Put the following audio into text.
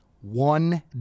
One